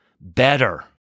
better